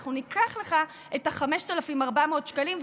אנחנו ניקח לך את ה-5,400 שקלים,